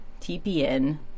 TPN